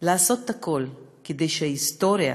לעשות את הכול כדי שההיסטוריה